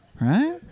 right